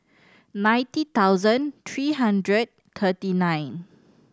ninety thousand three hundred thirty nine